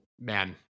man